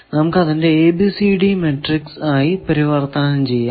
നമുക്ക് അതിനെ ABCD matrix ആയി പരിവർത്തനം ചെയ്യാം